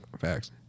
Facts